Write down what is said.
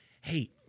hey